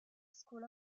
school